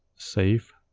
save,